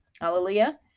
Hallelujah